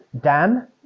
Dan